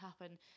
happen